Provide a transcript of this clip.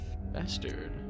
Bastard